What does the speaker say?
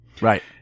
Right